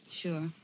Sure